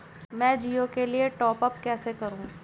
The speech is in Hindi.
मैं जिओ के लिए टॉप अप कैसे करूँ?